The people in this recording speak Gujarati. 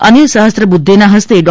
અનિલ સફસ્ત્રબુદ્ધેના ફસ્તે ડો